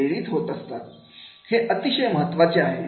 हे अतिशय महत्त्वाचे आहे